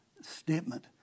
statement